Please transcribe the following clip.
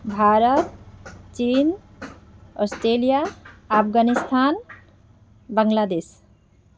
ভাৰত চীন অষ্ট্ৰেলিয়া আফগানিস্তান বাংলাদেশ